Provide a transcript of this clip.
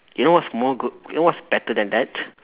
you know what's more good you know what's better than that